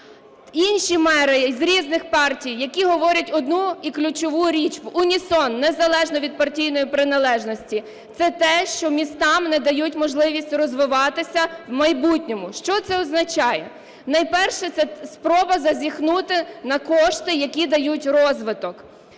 Інші мери з різних партій, які говорять одну, і ключову річ, в унісон, незалежно від партійної приналежності, – це те, що містам не дають можливість розвиватися в майбутньому. Що це означає? Найперше – це спроба зазіхнути на кошти, які дають розвиток.